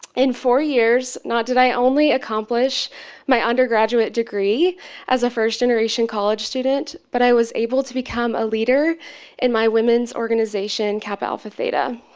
in four years, not did i only accomplish my under graduate degree as a first-generation college student, but i was able to become a leader in my women's organization, kappa alpha theta.